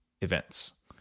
events